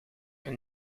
een